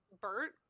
Bert